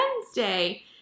Wednesday